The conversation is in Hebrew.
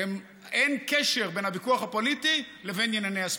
אין קשר בין הוויכוח הפוליטי לבין ענייני הספורט.